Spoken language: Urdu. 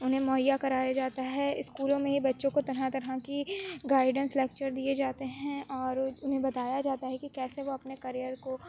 انہیں مہیا کرایا جاتا ہے اسکولوں میں ہی بچوں کو طرح طرح کی گائیڈنس لیکچر دیے جاتے ہیں اور انہیں بتایا جاتا ہے کہ کیسے وہ اپنے کیریئر کو